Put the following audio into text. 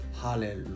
Hallelujah